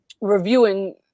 reviewing